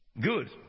Good